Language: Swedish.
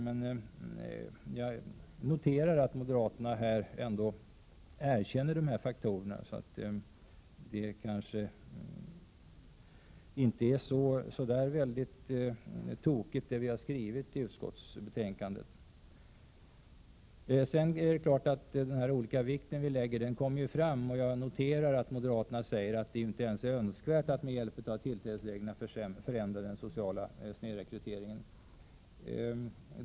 Jag noterar ändå att moderaterna erkänner dessa faktorer, varför det vi har skrivit i utskottsbetänkandet kanske inte är så alldeles tokigt. Den olika tonvikt vi lägger på olika faktorer kommer naturligtvis fram. Jag noterar att moderaterna säger att det inte ens är önskvärt att med hjälp av tillträdesreglerna förändra den sociala snedrekryteringen.